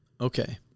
okay